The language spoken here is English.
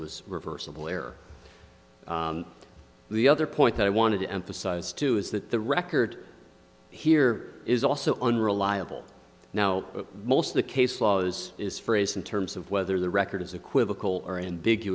was reversible error the other point that i wanted to emphasize to you is that the record here is also unreliable now but most of the case laws is phrased in terms of whether the record is equivocal or in big